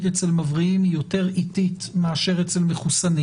אצל מבריאים היא יותר איטית מאשר אצל מחוסנים